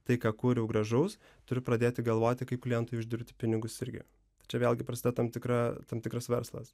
tai ką kūriau gražaus turiu pradėti galvoti kaip klientui uždirbti pinigus irgi čia vėlgi prasideda tam tikra tam tikras verslas